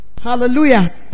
Hallelujah